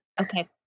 Okay